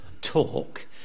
talk